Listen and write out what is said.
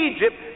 Egypt